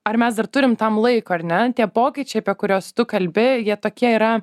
ar mes dar turim tam laiko ar ne tie pokyčiai apie kuriuos tu kalbi jie tokie yra